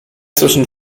zwischen